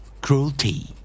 Cruelty